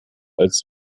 als